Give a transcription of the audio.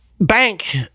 bank